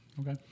okay